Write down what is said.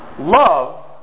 love